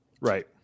Right